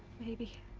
maybe.